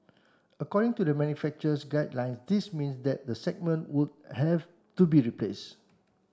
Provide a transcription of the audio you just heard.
according to the manufacturer's guidelines this mean that the segment would have to be replace